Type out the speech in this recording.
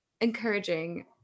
encouraging